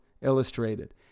Illustrated